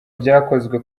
byakozwe